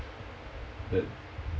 that